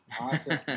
Awesome